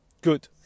Good